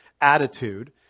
attitude